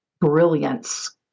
brilliance